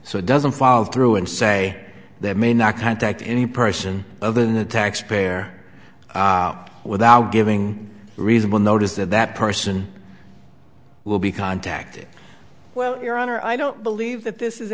so it doesn't fall through and say that may not contact any person other than the taxpayer without giving reasonable notice that that person will be contacted well your honor i don't believe that this is